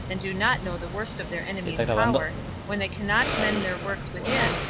and do not know the worst of their enemy's power when they cannot mend their works within,